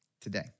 today